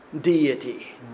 deity